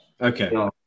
Okay